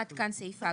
עד כאן סעיף ההגדרות.